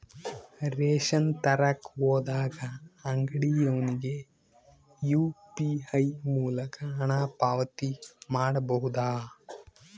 Ration ತರಕ ಹೋದಾಗ ಅಂಗಡಿಯವನಿಗೆ ಯು.ಪಿ.ಐ ಮೂಲಕ ಹಣ ಪಾವತಿ ಮಾಡಬಹುದಾ?